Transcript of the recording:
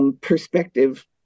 Perspective